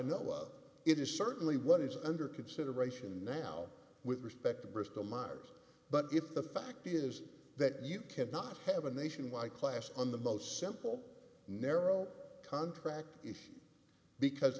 know it is certainly what is under consideration now with respect to bristol myers but the fact is that you cannot have a nationwide class on the most simple narrow contract because